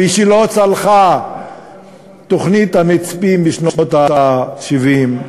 כפי שלא צלחה תוכנית המצפים בשנות ה-70,